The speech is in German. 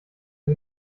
der